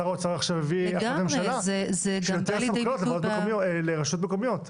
שר האוצר עכשיו הביא החלטת ממשלה שיהיו יותר סמכויות לרשויות מקומיות.